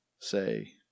Say